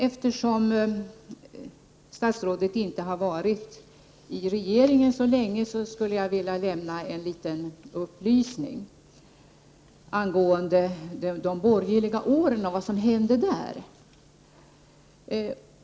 Eftersom statsrådet inte har varit i regeringen så länge skulle jag vilja lämna en liten upplysning angående de borgerliga åren och vad som hände då.